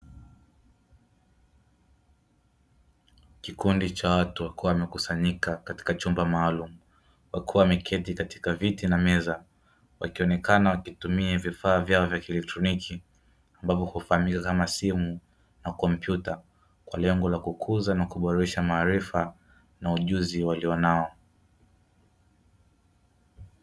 Kikundi cha watu, wakiwa wamekusanyika katika chumba maalumu, wakiwa wameketi katika viti na meza; wakionekana wakitumia vifaa vyao vya kielektroniki ambavyo hufahamika kama simu na kompyuta, kwa lengo la kukuza na kuboresha maarifa na ujuzi walionao.